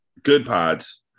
GoodPods